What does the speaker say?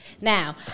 now